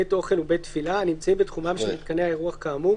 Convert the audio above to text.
בית אוכל ובית תפילה הנמצאים בתחומם של מיתקני האירוח כאמור,